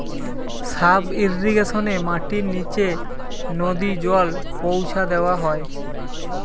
sub ইর্রিগেশনে মাটির নিচে নদী জল পৌঁছা দেওয়া হয়